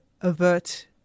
avert